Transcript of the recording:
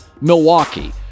Milwaukee